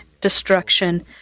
destruction